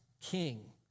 king